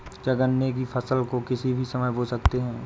क्या गन्ने की फसल को किसी भी समय बो सकते हैं?